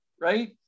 right